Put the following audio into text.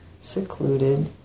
secluded